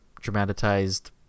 dramatized